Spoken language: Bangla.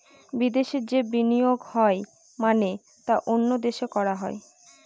বিদেশে যে বিনিয়োগ হয় মানে তা অন্য দেশে করা হয়